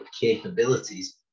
capabilities